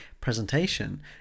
presentation